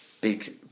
Big